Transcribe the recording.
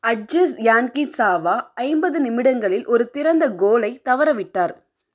அட்ஜிஸ் யான்கிட்ஸாவா ஐம்பது நிமிடங்களில் ஒரு திறந்த கோலை தவறவிட்டார்